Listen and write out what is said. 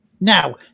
now